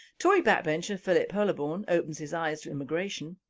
tory backbencher philip hollobone opens his eyes to immigration